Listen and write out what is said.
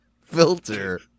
filter